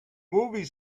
movie